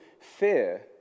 fear